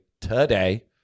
today